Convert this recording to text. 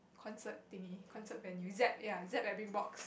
concert thingy concert venue Zepp ya Zepp at Bigbox